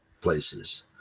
places